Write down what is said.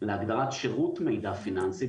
להגדרת שירות מידע פיננסי,